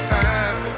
time